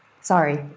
Sorry